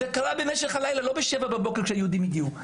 זה לא קרה בשבע בבוקר כשהיהודים הגיעו.